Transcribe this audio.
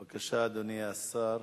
בבקשה, אדוני השר,